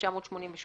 התשמ"ח 1988"